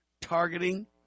targeting